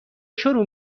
شروع